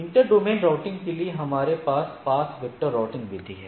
inter domain routing के लिए हमारे पास पाथ वेक्टर राउटिंग विधि है